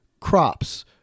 crops